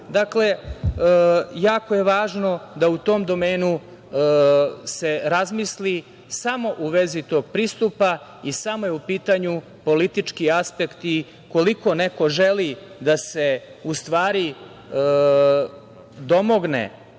Dakle, jako je važno da u tom domenu se razmisli samo u vezi tog pristupa i samo je u pitanju politički aspekt i koliko neko želi da se u stvari domogne